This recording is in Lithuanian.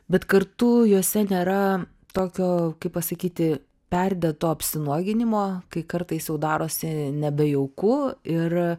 bet kartu jose nėra tokio kaip pasakyti perdėto apsinuoginimo kai kartais jau darosi nebejauku ir